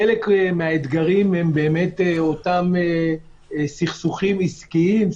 חלק מן האתגרים הם באמת אותם סכסוכים עסקיים,